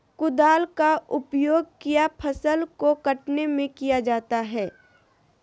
कुदाल का उपयोग किया फसल को कटने में किया जाता हैं?